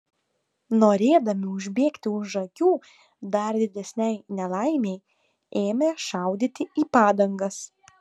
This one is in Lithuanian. norėdami užbėgti už akių dar didesnei nelaimei ėmė šaudyti į padangas